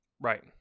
Right